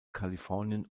kalifornien